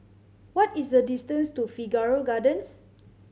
what is the distance to Figaro Gardens